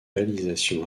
réalisations